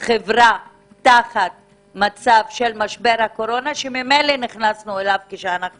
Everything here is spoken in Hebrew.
חברה תחת מצב של משבר הקורונה שממילא נכנסנו אליו כשאנו